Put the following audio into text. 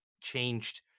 changed